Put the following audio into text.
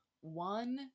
one